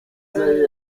zaire